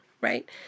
right